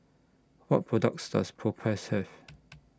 What products Does Propass Have